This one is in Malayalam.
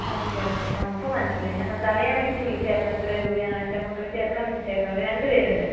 ഓക്കെ ഓക്കെ ഇപ്പം മനസ്സിലായി ഞാൻ അതറിയാൻ വേണ്ടിയിട്ട് വിളിച്ചതായിരുന്നു എത്ര രൂപയാണ് എൻ്റെ മക്കളെ ചേർക്കാൻ വേണ്ടിയിട്ടായിരുന്നു അവർ രണ്ടുപേരുണ്ട്